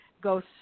goes